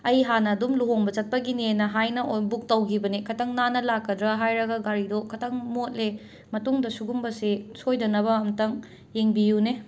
ꯑꯩ ꯍꯥꯟꯅ ꯑꯗꯨꯝ ꯂꯨꯍꯣꯡꯕ ꯆꯠꯄꯒꯤꯅꯦꯅ ꯍꯥꯏꯅ ꯕꯨꯛ ꯇꯧꯈꯤꯕꯅꯤ ꯈꯤꯇꯪ ꯅꯥꯟꯅ ꯂꯥꯛꯀꯗ꯭ꯔꯥ ꯍꯥꯏꯔꯒ ꯒꯥꯔꯤꯗꯣ ꯈꯤꯇꯪ ꯃꯣꯠꯂꯦ ꯃꯇꯨꯡꯗ ꯁꯤꯒꯨꯝꯕꯁꯦ ꯁꯣꯏꯗꯅꯕ ꯑꯝꯨꯛꯇꯪ ꯌꯦꯡꯕꯤꯌꯨꯅꯦ